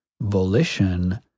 Volition